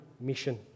mission